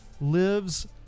Lives